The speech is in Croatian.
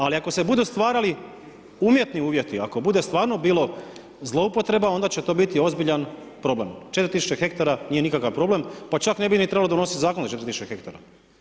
Ali ako se budu stvarali umjetni uvjeti, ako bude stvarno bilo zloupotreba onda će to biti ozbiljan problem, 4.000 hektara nije nikakav problem pa čak ne bi trebalo donositi zakone za 4.000 hektara.